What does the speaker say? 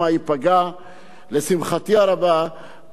אנחנו נמצאים היום פה כאשר יש הסכמה